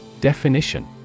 Definition